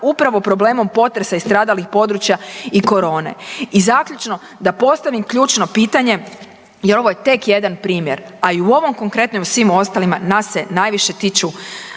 upravo problemom potresa i stradalih područja i corone. I zaključno, da postavim ključno čitanje jer ovo je tek jedan primjer. A i u ovom konkretnom i u svim ostalima nas se najviše tiču